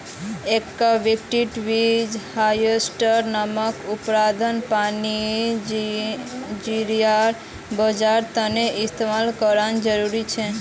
aquatic weed harvester नामक उपकरण पानीर ज़रियार बचाओर तने इस्तेमाल करना ज़रूरी छे